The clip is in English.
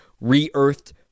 re-earthed